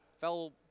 Fell